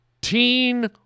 Teen